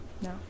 No